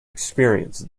experience